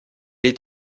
est